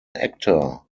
actor